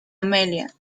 amelia